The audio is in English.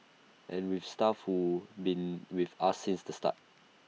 and we've staff who've been with us since the start